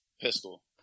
pistol